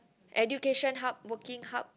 education hub working hub